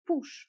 push